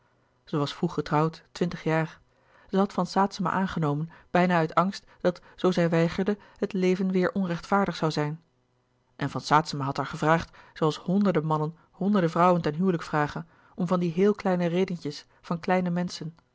was vroeg getrouwd twintig jaar zij had van saetzema aangenomen bijna uit angst dat zoo zij weigerde het leven weêr onrechtvaardig zoû zijn en van saetzema had haar gevraagd zoo als honderde mannen honderde vrouwen ten huwelijk vragen om van die heel kleine redentjes van kleine menschen